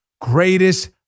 Greatest